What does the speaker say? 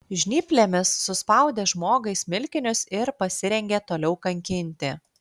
žnyplėmis suspaudė žmogui smilkinius ir pasirengė toliau kankinti